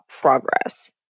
progress